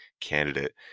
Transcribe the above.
candidate